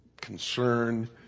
concern